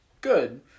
good